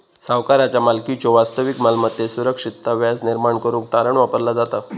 सावकाराचा मालकीच्यो वास्तविक मालमत्तेत सुरक्षितता व्याज निर्माण करुक तारण वापरला जाता